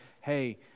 hey